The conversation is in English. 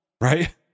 right